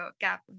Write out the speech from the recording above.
gap